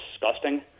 disgusting